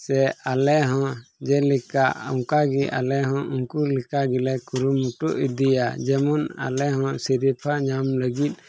ᱥᱮ ᱟᱞᱮ ᱦᱚᱸ ᱡᱮᱞᱮᱠᱟ ᱚᱱᱠᱟ ᱜᱮ ᱟᱞᱮ ᱦᱚᱸ ᱩᱱᱠᱩ ᱞᱮᱠᱟ ᱜᱮᱞᱮ ᱠᱩᱨᱩᱢᱩᱴᱩ ᱤᱫᱤᱭᱟ ᱡᱮᱢᱚᱱ ᱟᱞᱮ ᱦᱚᱸ ᱥᱤᱨᱳᱯᱷᱟ ᱧᱟᱢ ᱞᱟᱹᱜᱤᱫ